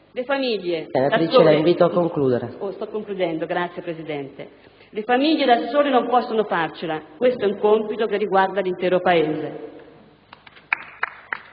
Le famiglie da sole non possono farcela, questo è un compito che riguarda l'intero Paese.